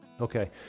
Okay